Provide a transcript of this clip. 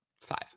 five